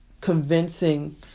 convincing